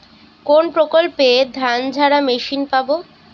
কোনপ্রকল্পে ধানঝাড়া মেশিন পাব?